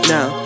Now